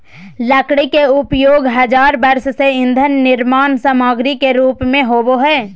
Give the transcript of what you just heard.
लकड़ी के उपयोग हजार वर्ष से ईंधन निर्माण सामग्री के रूप में होबो हइ